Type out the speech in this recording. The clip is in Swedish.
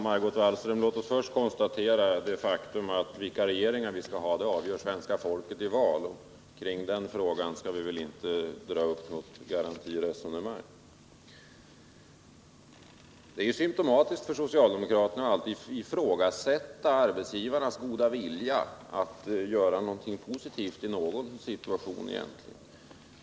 Fru talman! Låt oss först, Margot Wallström, konstatera att vilken regering vi skall ha, det avgör svenska folket i val. Kring den frågan skall vi väl inte dra upp något garantiresonemang. Det är symtomatiskt att socialdemokraterna alltid ifrågasätter arbetsgivarnas goda vilja att göra någonting positivt.